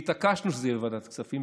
והתעקשנו שזה יהיה בוועדת הכספים,